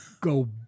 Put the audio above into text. go